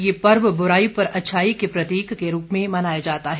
ये पर्व ब्राई पर अच्छाई के प्रतीक के रूप में मनाया जाता है